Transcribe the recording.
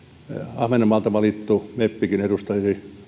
ahvenanmaalta valittu meppikin edustaisi